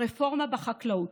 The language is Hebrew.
הרפורמה בחקלאות.